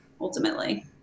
ultimately